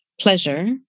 pleasure